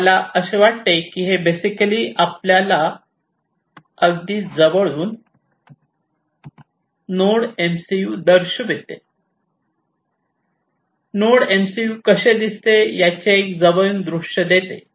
मला असे वाटते की हे बेसिकली आपल्याला अगदी जवळून नोड एमसीयू दर्शवते नोड एमसीयू कसे दिसते याचे एक जवळून दृश्य देते